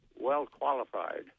well-qualified